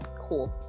cool